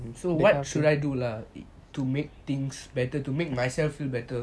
so what should I do lah to make things better to make myself feel better